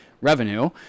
revenue